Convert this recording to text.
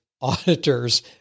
auditors